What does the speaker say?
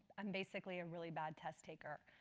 i'm basically a really bad test taker.